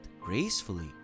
gracefully